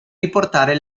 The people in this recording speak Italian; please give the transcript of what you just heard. riportare